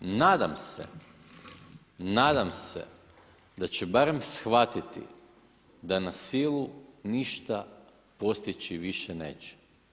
Nadam se, nadam se da će barem shvatiti da na silu ništa postići više neće.